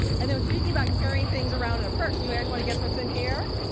and so speaking about carrying things around in a purse, you guys want to guess what's in here?